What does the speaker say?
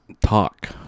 Talk